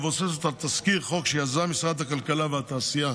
המבוססת על תזכיר חוק שיזם משרד הכלכלה והתעשייה